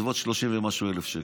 בסביבות 30,000 ומשהו שקל.